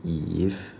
if